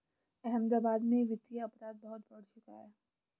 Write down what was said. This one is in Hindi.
अहमदाबाद में वित्तीय अपराध बहुत बढ़ चुका है